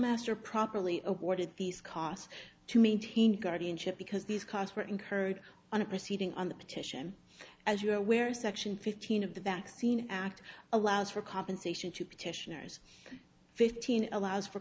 master properly awarded these costs to maintain guardianship because these costs were incurred on a proceeding on the petition as you know where section fifteen of the vaccine act allows for compensation to petitioners fifteen allows for